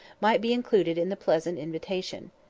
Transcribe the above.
might be included in the pleasant invitation.